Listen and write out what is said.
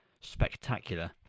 spectacular